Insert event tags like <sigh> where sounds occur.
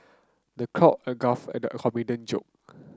the <unintelligible> a guffawed at the <unintelligible> joke